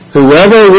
Whoever